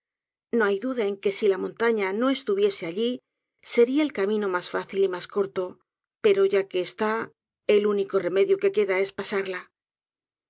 no hay duda en que si la montaña no estuviese allí seria el camino mas fácil y mas corto pero ya que está el único remedio que queda es pasarla